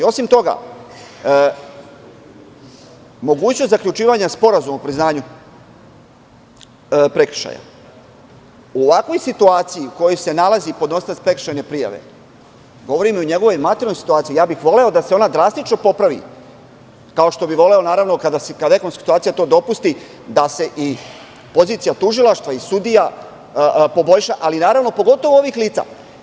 Osim toga, mogućnost zaključivanja sporazuma o priznanju prekršaja u ovakvoj situaciji u kojoj se nalazi podnosilac prekršajne prijave, govorim i o njegovoj materijalnoj situaciji, voleo bih da se ona drastično popravi, kao što bih voleo kada ekonomska situacija to dopusti da se i pozicija tužilaštva i sudija poboljša, pogotovo ovih lica.